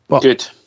Good